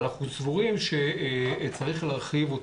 אנחנו סבורים שצריך להרחיב אותו.